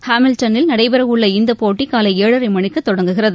ஹாமில்டன்னில் நடைபெற் உள்ள இந்த போட்டி காலை ஏழரை மணிக்கு தொடங்குகிறது